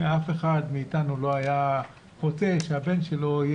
אף אחד מאתנו לא היה רוצה שהבן שלו,